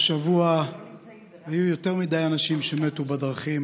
השבוע היו יותר מדי אנשים שמתו בדרכים